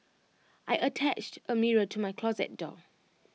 I attached A mirror to my closet door